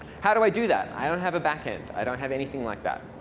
how do i do that? i don't have a backend. i don't have anything like that.